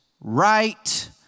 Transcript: right